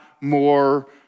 more